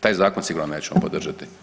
Taj zakon sigurno nećemo podržati.